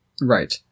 Right